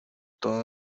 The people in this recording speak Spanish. todo